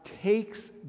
takes